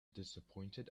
disappointed